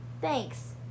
Thanks